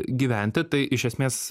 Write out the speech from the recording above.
gyventi tai iš esmės